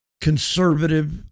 conservative